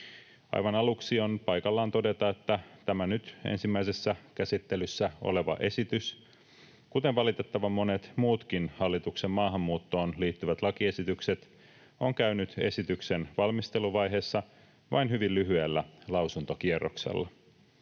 Aivan aluksi on paikallaan todeta, että tämä nyt ensimmäisessä käsittelyssä oleva esitys, kuten valitettavan monet muutkin hallituksen maahanmuuttoon liittyvät lakiesitykset, on käynyt esityksen valmisteluvaiheessa vain hyvin lyhyellä lausuntokierroksella.